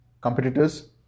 competitors